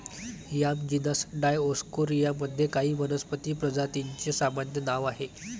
yam genus Dioscorea मध्ये काही वनस्पती प्रजातींचे सामान्य नाव आहे